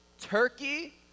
Turkey